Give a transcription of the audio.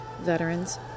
veterans